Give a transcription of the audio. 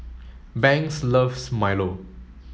Banks loves Milo